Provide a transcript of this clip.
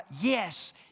yes